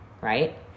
right